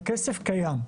הכסף קיים.